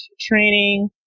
training